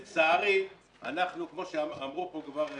לצערי, כמו שאמרו פה כבר לפניי,